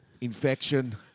infection